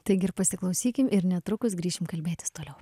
taigi ir pasiklausykim ir netrukus grįšim kalbėtis toliau